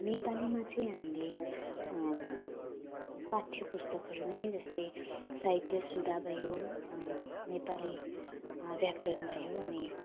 नेपालीमा चाहिँ हामीले पाठ्यपुस्तकहरू नै जस्तै साहित्य सुधा भयो नेपाली व्याकरण भयो अनि